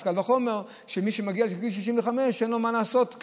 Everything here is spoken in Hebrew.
אז קל וחומר שמי שמגיע לגיל 65 אין לו מה לעשות.